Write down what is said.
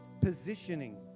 positioning